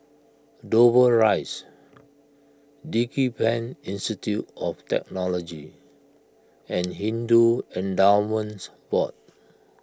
Dover Rise DigiPen Institute of Technology and Hindu Endowments Board